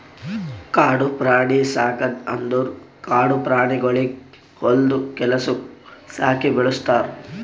ಕಾಡು ಪ್ರಾಣಿ ಸಾಕದ್ ಅಂದುರ್ ಕಾಡು ಪ್ರಾಣಿಗೊಳಿಗ್ ಹೊಲ್ದು ಕೆಲಸುಕ್ ಸಾಕಿ ಬೆಳುಸ್ತಾರ್